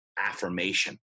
affirmation